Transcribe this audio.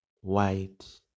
white